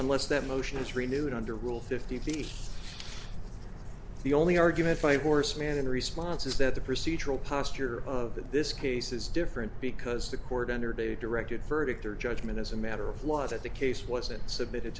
unless that motion is renewed under rule fifty the only argument by horse man in response is that the procedural posture of the this case is different because the court entered a directed verdict or judgment as a matter of law that the case wasn't submitted